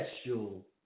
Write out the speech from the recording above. special